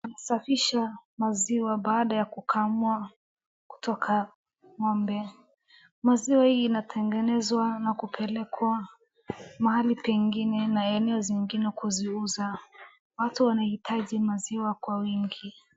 Safisha maziwa baada ya kukang'amua kutoka Ng'ombe, maziwa hii inatengenezwa na kupelekwa mahali pengine na eneo zingine kuziuza, watu wanahitaji maziwa Kwa wingi.